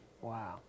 Wow